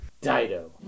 Dido